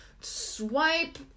swipe